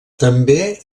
també